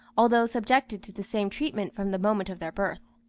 although subjected to the same treatment from the moment of their birth.